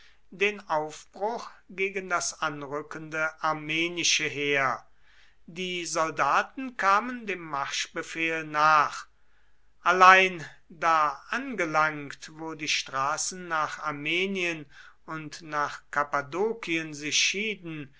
den aufbruch gegen das anrückende armenische heer die soldaten kamen dem marschbefehl nach allein da angelangt wo die straßen nach armenien und nach kappadokien sich schieden